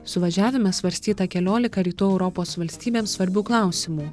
suvažiavime svarstyta keliolika rytų europos valstybėm svarbių klausimų